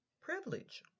privilege